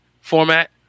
format